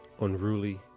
unruly